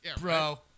Bro